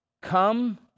Come